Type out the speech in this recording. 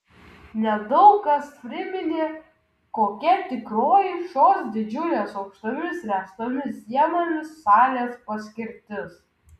nedaug kas priminė kokia tikroji šios didžiulės aukštomis ręstomis sienomis salės paskirtis